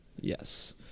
Yes